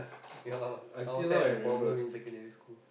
ya lah I also had that problem in secondary school